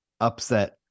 upset